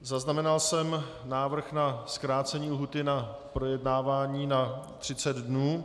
Zaznamenal jsem návrh na zkrácení lhůty na projednávání na 30 dnů.